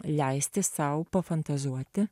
leisti sau pafantazuoti